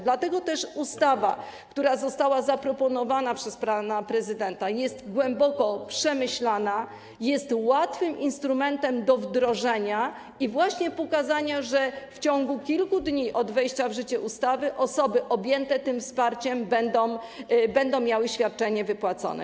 Dlatego też ustawa, która została zaproponowana przez pana prezydenta, jest głęboko przemyślana, jest łatwym instrumentem do wdrożenia i właśnie pokazania, że w ciągu kilku dni od wejścia w życie ustawy osoby objęte tym wsparciem będą miały świadczenie wypłacone.